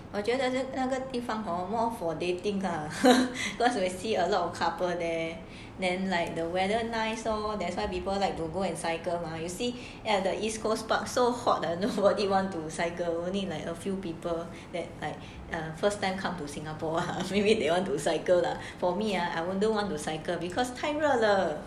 我觉得那个地方 hor more for dating lah because you will see a lot of couple there then like the weather nice lor that's why people like to go and cycle lah you see at the east coast park so hot ah no one want to cycle only like a few people that like a first time come to singapore maybe they want to cycle lah for me ah I won't want to cycle because 太热了